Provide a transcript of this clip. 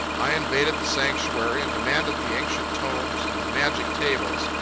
i invaded the sanctuary and demanded the ancient tomes and magic tables,